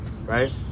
Right